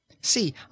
See